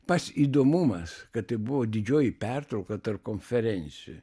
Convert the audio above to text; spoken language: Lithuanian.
pats įdomumas kad tai buvo didžioji pertrauka tarp konferencijų